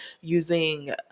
using